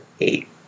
eight